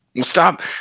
Stop